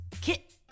Kit